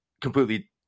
completely